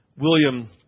William